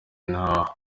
nta